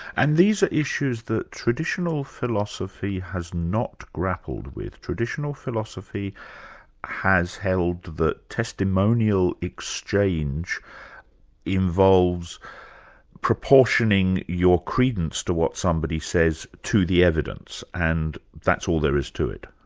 and these are issues that traditional philosophy has not grappled with. traditional philosophy has held that testimonial exchange involves proportioning your credence to what somebody says to the evidence, and that's all there is to it.